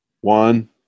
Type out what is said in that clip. One